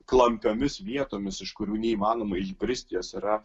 klampiomis vietomis iš kurių neįmanoma išbristi jos yra